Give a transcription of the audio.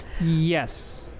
Yes